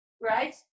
right